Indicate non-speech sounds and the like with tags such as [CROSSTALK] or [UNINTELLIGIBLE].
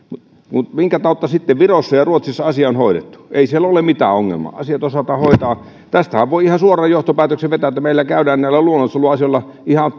mutta minkä tautta sitten virossa ja ja ruotsissa asia on hoidettu ei siellä ole mitään ongelmaa asiat osataan hoitaa tästähän voi ihan suoran johtopäätöksen vetää että meillä käydään näillä luonnonsuojeluasioilla ihan [UNINTELLIGIBLE]